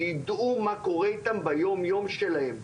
שידעו מה קורה איתם ביום יום שלהם,